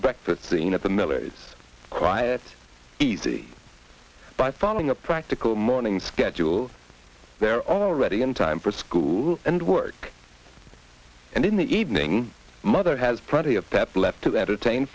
breakfast scene at the miller is quiet easy by following a practical morning schedule they're all ready in time for school and work and in the evening mother has plenty of pep left to entertain